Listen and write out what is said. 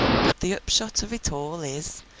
but the upshot of it all is,